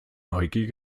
neugier